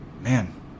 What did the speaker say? man